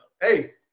hey